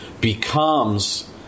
becomes